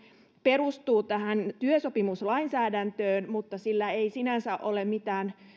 perustuu tähän työsopimuslainsäädäntöön mutta sillä ei sinänsä ole mitään